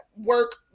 work